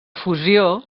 fusió